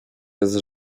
jest